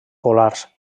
polars